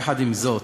יחד עם זאת,